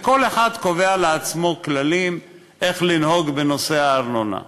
וכל אחד קובע לעצמו כללים איך לנהוג בנושא הארנונה.